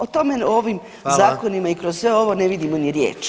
O tome u ovim zakonima [[Upadica: Hvala.]] i kroz sve ovo ne vidimo ni riječ.